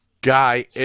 guy